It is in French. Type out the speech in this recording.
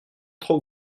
trop